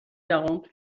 quarante